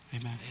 Amen